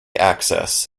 access